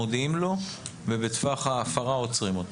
מודיעים לו ובטווח ההפרה עוצרים אותו.